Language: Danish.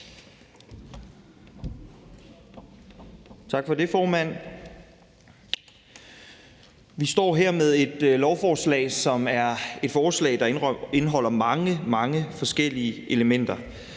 Tak for det, formand. Vi står her med et lovforslag, som er et forslag, der indeholder mange, mange forskellige elementer.